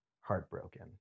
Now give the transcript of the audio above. heartbroken